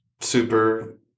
super